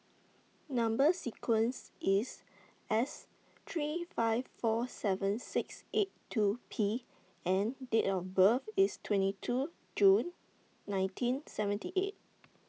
Number sequence IS S three five four seven six eight two P and Date of birth IS twenty two June nineteen seventy eight